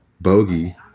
Bogey